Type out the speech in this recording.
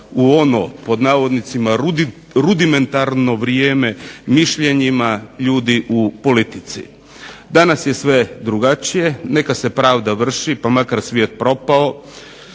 u ono pod navodnicima "rudimentarno vrijeme" mišljenjima ljudi u politici. Danas je sve drugačije, neka se pravda vrši pa makar svijet propao